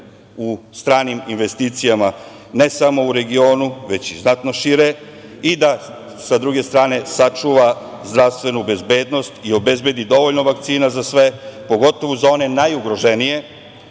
u stranim investicijama, ne samo u regionu, već i znatno šire, i da sa druge strane sačuva zdravstvenu bezbednost i obezbedi dovoljno vakcina za sve, pogotovo za one najugroženije,